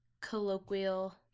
colloquial